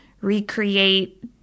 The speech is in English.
recreate